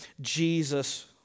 Jesus